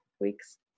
weeks